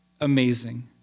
amazing